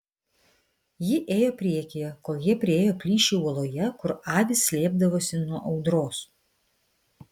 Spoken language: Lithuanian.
ji ėjo priekyje kol jie priėjo plyšį uoloje kur avys slėpdavosi nuo audros